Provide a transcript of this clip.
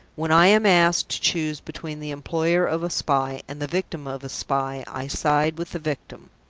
when i am asked to choose between the employer of a spy and the victim of a spy, i side with the victim!